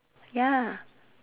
ya